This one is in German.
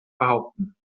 behaupten